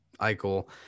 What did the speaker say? Eichel